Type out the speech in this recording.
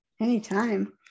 anytime